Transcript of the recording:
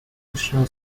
artificial